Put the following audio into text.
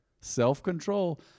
Self-control